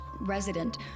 resident